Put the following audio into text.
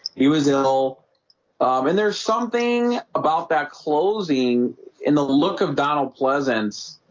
he was ill and there's something about that closing in the look of donald pleasence,